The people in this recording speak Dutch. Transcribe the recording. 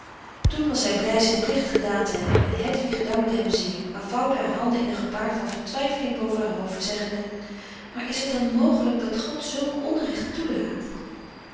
toen was hij blij zijn plicht gedaan te hebben en hedwig dankte hem zeer maar vouwde haar handen in een gebaar van vertwijfeling boven haar hoofd zeggende maar is het dan mogelijk dat god zulk onrecht toelaat